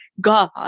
God